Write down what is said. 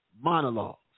monologues